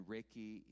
Ricky